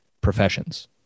professions